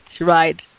right